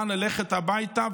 לאן ללכת הביתה,